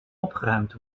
opgeruimd